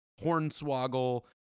Hornswoggle